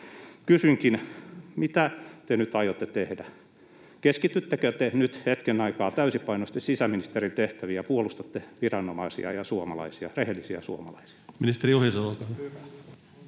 Kysynkin: Mitä te nyt aiotte tehdä? Keskityttekö te nyt hetken aikaa täysipainoisesti sisäministerin tehtäviin ja puolustatte viranomaisia ja rehellisiä suomalaisia?